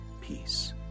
peace